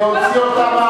אני קורא אותך לסדר פעם